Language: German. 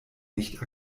nicht